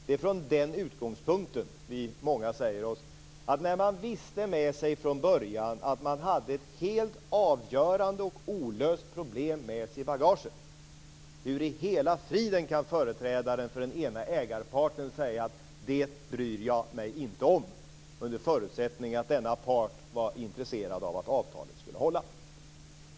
Det är från den utgångspunkten som vi är många som säger oss: När man visste med sig från början att man hade ett helt avgörande och olöst problem med sig i bagaget - hur i hela friden kan företrädare för den ena ägarparten säga: Det bryr jag mig inte om. Detta gäller då under förutsättning att denna part var intresserad av att avtalet skulle hålla.